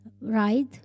ride